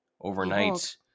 overnight